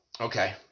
okay